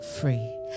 free